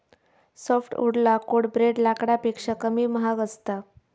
softwood लाकूड ब्रेड लाकडापेक्षा कमी महाग असता